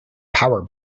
power